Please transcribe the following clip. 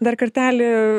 dar kartelį